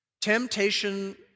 Temptation